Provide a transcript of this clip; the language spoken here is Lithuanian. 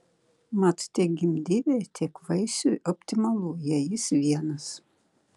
mat tiek gimdyvei tiek vaisiui optimalu jei jis vienas